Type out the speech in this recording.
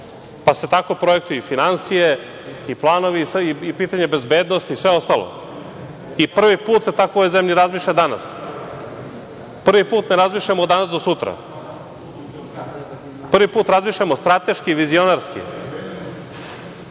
Pa, se tako projektuju i finansije, i planovi i pitanje bezbednosti i sve ostalo. Prvi put se tako u ovoj zemlji razmišlja danas. Prvi put ne razmišljamo od danas do sutra. Prvi put razmišljamo strateški, vizionarski.